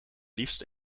liefst